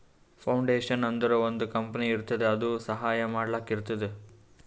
foundation ಅಂದುರ್ ಒಂದ್ company ಇರ್ತುದ್ ಅದು ಸಹಾಯ ಮಾಡ್ಲಕ್ ಇರ್ತುದ್